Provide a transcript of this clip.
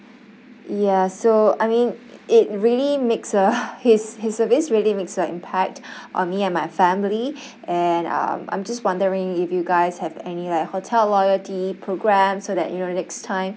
ya so I mean it really makes uh his his service really makes an impact on me and my family and um I'm just wondering if you guys have any like hotel loyalty programme so that you know next time